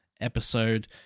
episode